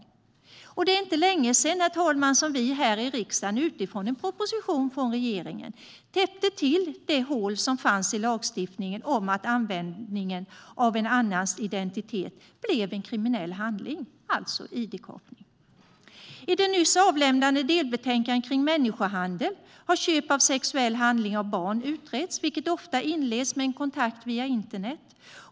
Det är heller inte länge sedan, herr talman, som vi här i riksdagen utifrån en proposition från regeringen täppte till det hål som fanns i lagstiftningen genom att användning av en annans identitet blev en kriminell handling, alltså id-kapning. I det nyss avlämnade delbetänkandet om människohandel har köp av sexuell handling av barn utretts, vilket ofta inleds med en kontakt via internet.